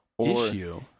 Issue